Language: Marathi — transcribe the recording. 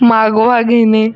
मागोवा घेणे